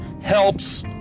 helps